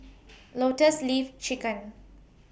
Lotus Leaf Chicken